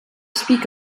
speak